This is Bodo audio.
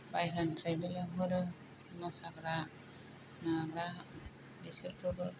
बायह्रानिफ्रायबो लिंहरो मोसाग्रा माबाग्रा बेसोरखौबो